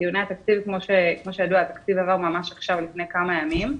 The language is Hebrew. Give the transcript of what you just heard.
כמו שידוע התקציב עבר ממש לפני כמה ימים,